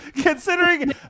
considering